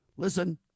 Listen